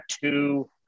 two